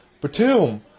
Batum